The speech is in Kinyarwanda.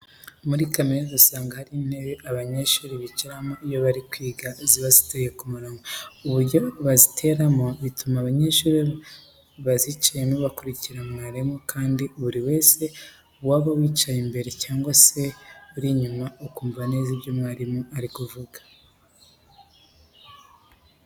Muri kaminuza usanga hari intebe abanyeshuri bicaramo iyo bari kwiga ziba ziteye ku mirongo. Ubu buryo baziteramo butuma abanyeshuri bazicayemo bakurikira mwarimu kandi buri wese yaba uwicaye imbere cyangwa se uri inyuma akumva neza ibyo mwarimu ari kuvuga.